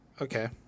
Okay